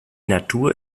natur